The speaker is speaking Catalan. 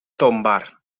tombar